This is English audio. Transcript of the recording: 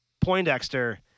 Poindexter